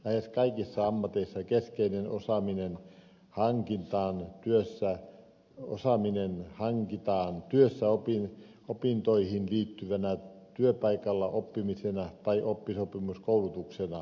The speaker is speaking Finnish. lähes kaikissa ammateissa keskeinen osaaminen hankitaan työssä opintoihin liittyvänä työpaikalla oppimisena tai oppisopimuskoulutuksena